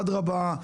אדרבא,